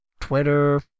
Twitter